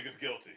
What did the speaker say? guilty